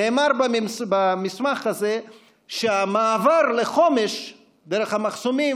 נאמר במסמך הזה שהמעבר לחומש דרך המחסומים